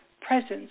presence